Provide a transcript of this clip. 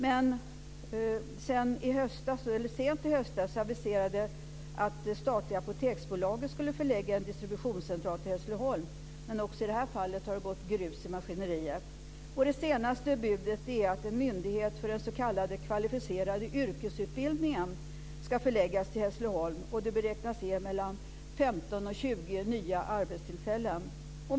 Sedan, sent i höstas, aviserades det att det statliga Apoteksbolaget skulle förlägga en distributionscentral till Hässleholm, men också i det fallet har det gått grus i maskineriet. Det senaste budet är att en myndighet för den s.k. kvalificerade yrkesutbildningen ska förläggas till Hässleholm. Det beräknas ge mellan 15 och 20 nya arbetstillfällen.